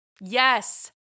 yes